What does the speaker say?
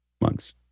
months